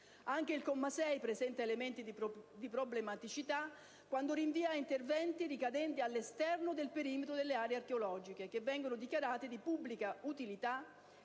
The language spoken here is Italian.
Anche il comma 6 presenta elementi di problematicità, quando rinvia a interventi «ricadenti all'esterno del perimetro delle aree archeologiche» che vengono dichiarati di pubblica utilità